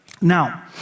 Now